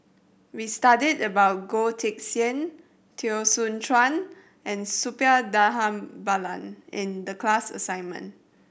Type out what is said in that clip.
we studied about Goh Teck Sian Teo Soon Chuan and Suppiah Dhanabalan in the class assignment